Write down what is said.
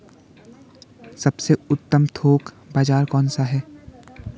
सबसे उत्तम थोक बाज़ार कौन सा है?